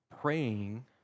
praying